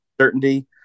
certainty